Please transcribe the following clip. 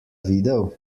videl